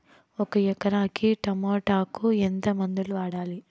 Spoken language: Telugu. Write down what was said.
ఒక ఎకరాకి టమోటా కు ఎంత మందులు వాడాలి?